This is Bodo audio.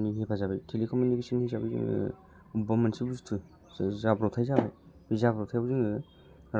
नि हेफाजाबै टेलिकमिउनिसन हिसाबै जोङो बबेबा मोनसे बुस्थु जे जाब्रथाय जाबाय जाब्रथायाव जोङो